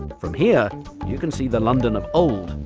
from here you can see the london of old,